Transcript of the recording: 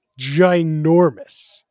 ginormous